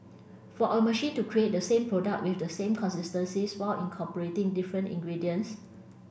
for a machine to create the same product with the same consistencies while incorporating different ingredients